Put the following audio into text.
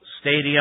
Stadium